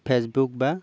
Facebook বা